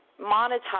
monetize